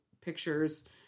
pictures